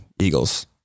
Eagles